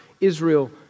Israel